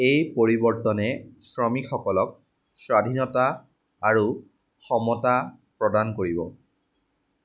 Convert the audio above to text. এই পৰিৱৰ্তনে শ্ৰমিকসকলক স্বাধীনতা আৰু সমতা প্ৰদান কৰিব